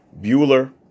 Bueller